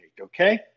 okay